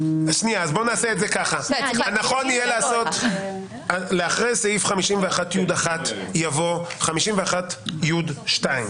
נכון יהיה לומר שאחרי סעיף 51י(1) יבוא 51י(2).